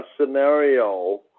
scenario